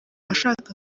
ashaka